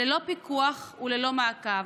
ללא פיקוח וללא מעקב.